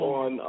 on